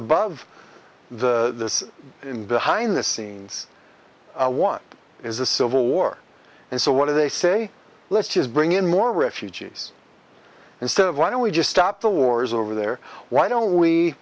above the behind the scenes what is the civil war and so what do they say let's just bring in more refugees instead of why don't we just stop the wars over there why don't we